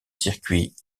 circuit